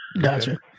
gotcha